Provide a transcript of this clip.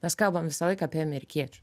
mes kalbam visą laik apie amerikiečių